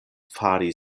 fari